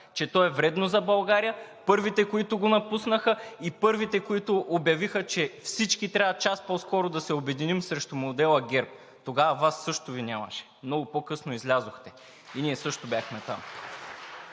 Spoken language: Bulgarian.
че то е вредно за България; първите, които го напуснаха, и първите, които обявиха, че всички трябва час по-скоро да се обединим срещу модела ГЕРБ. Тогава Вас също Ви нямаше. Много по-късно излязохте и ние също бяхме там.